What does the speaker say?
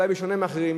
אולי בשונה מאחרים,